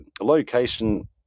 location